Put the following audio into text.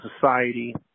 society